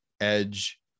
edge